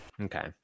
Okay